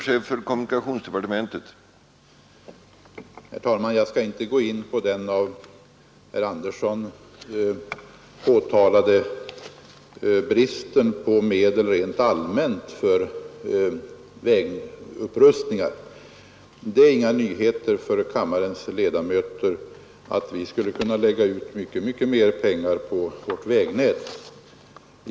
Herr talman! Jag skall inte gå in på den av herr Andersson i Örebro påtalade bristen på medel rent allmänt för vägupprustningar. Det är ingen nyhet för kammarens ledamöter att vi skulle kunna lägga ut mycket mera pengar på vårt vägnät.